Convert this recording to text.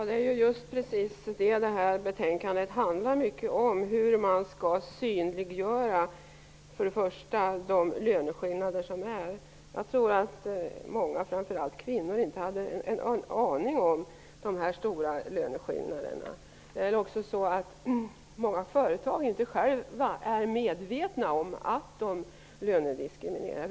Fru talman! Det är just det som detta betänkande handlar om, hur man till att börja med skall synliggöra de löneskillnader som finns. Jag tror att många, framför allt kvinnor, inte hade en aning om att löneskillnaderna var så stora. Många företag är inte heller medvetna om att de lönediskriminerar.